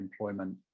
employment